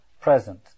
present